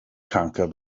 conquer